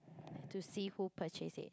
to see who purchased it